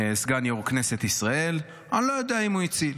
סגן יו"ר כנסת ישראל: אני לא יודע אם הוא הציל.